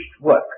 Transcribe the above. Work